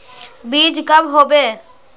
बीज कब होबे?